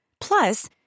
Plus